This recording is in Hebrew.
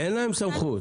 אין להם סמכות.